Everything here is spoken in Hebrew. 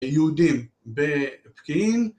יהודים בפקיעין